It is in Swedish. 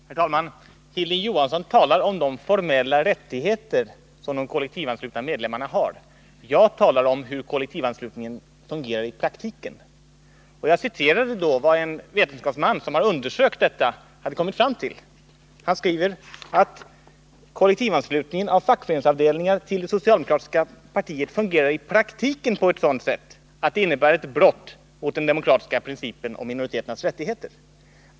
Herr talman! Hilding Johansson talar om de formella rättigheter som de kollektivanslutna medlemmarna har. Jag talade om hur kollektivanslutningen fungerar i praktiken. Jag citerade då vad en vetenskapsman, som har undersökt detta, hade kommit fram till. Han skriver att kollektivanslutningen av fackföreningsavdelningar till det socialdemokratiska partiet fungerar i praktiken på ett sådant sätt att det innebär ett brott mot den demokratiska principen om minoriteternas rättigheter.